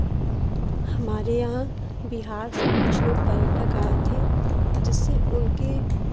हमारे यहाँ बिहार से कुछ लोग पर्यटक आए थे जिससे उनके